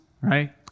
right